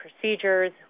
procedures